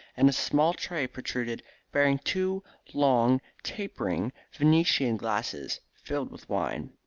and a small tray protruded bearing two long tapering venetian glasses filled with wine.